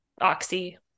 Oxy